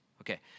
Okay